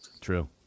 True